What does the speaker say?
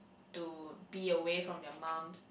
to be aware from their mum